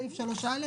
לפי התקנות שיש היום.